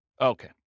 Okay